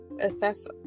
assess